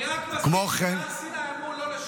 אני רק מזכיר שבהר סיני אמרו לא לשקר.